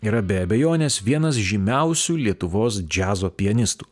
yra be abejonės vienas žymiausių lietuvos džiazo pianistų